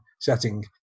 setting